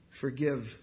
forgive